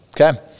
okay